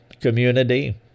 Community